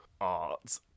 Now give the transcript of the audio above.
art